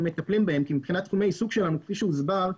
מטפלים כי מבחינת תחומי עיסוק שלנו כפי שהוסבר,